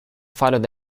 followed